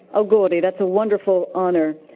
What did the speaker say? auguri. that's a wonderful honor.